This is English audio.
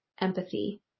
empathy